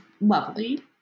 lovely